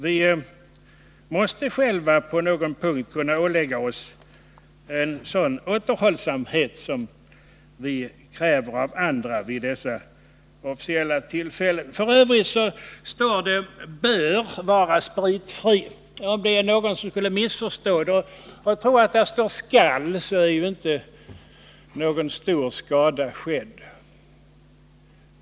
Vi måste själva vid dessa officiella tillfällen kunna ålägga oss den återhållsamhet som vi kräver av andra. F. ö. står det i betänkandet att utskottet anser att all statlig representation ”bör vara spritfri”. Om någon skulle missförstå det och tror att där står ”skall vara spritfri” så är inte någon stor skada skedd.